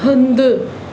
हंधु